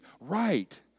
right